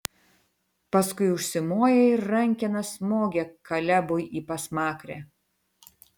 paskui užsimoja ir rankena smogia kalebui į pasmakrę